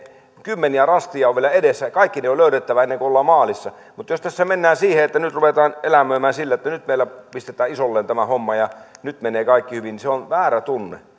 kymmeniä rasteja on vielä edessä ja kaikki ne on löydettävä ennen kuin ollaan maalissa mutta jos tässä mennään siihen että nyt ruvetaan elämöimään sillä että nyt meillä pistetään isolleen tämä homma ja nyt menee kaikki hyvin niin se on väärä tunne